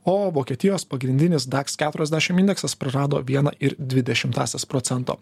o vokietijos pagrindinis daks keturiasdešim indeksas prarado vieną ir dvi dešimtąsias procento